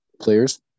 players